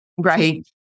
Right